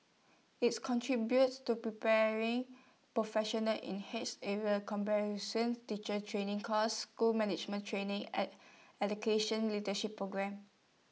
IT contributes to preparing professionals in his areas teacher training courses school management training and education leadership programmes